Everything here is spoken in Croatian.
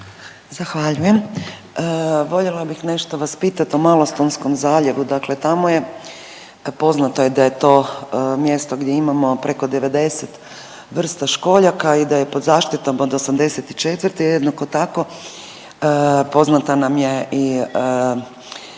Zahvaljujem. Voljela bih nešto vas pitati o Malostonskom zaljevu, dakle tamo je, poznato je da je to mjesto gdje imamo preko 90 vrsta školjaka i da je pod zaštitom od '84. Jednako tako, poznata nam je i